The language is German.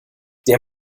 der